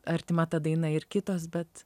artima ta daina ir kitos bet